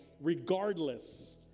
regardless